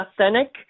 authentic